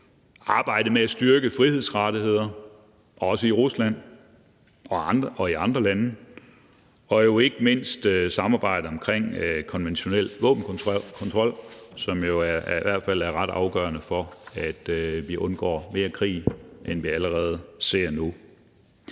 arbejde med at styrke frihedsrettigheder, også i Rusland og i andre lande, og jo ikke mindst samarbejde omkring konventionel våbenkontrol, som i hvert fald er ret afgørende for, at vi undgår mere krig, end vi allerede ser nu.